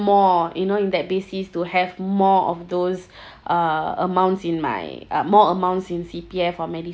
more you know in that basis to have more of those uh amounts in my uh more amounts in C_P_F or MediSave